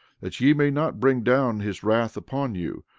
that ye may not bring down his wrath upon you,